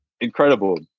incredible